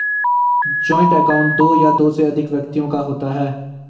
joint account दो या दो से अधिक व्यक्तियों का होता है